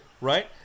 right